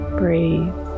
breathe